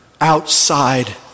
outside